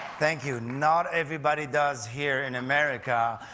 thank you, not everybody does here in america,